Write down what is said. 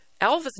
Elvis